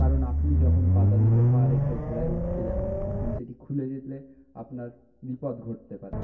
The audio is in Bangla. কারন আপনি যখন পাদানিতে পা রেখে ঘোড়ায় উঠতে যাবেন তখন সেটি খুলে গেলে আপনার বিপদ ঘটতে পারে